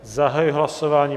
Zahajuji hlasování.